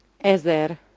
Ezer